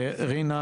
רינה